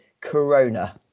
Corona